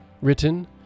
written